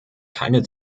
keine